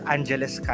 Angeles